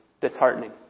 disheartening